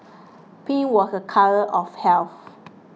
pink was a colour of health